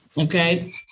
Okay